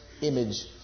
image